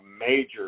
major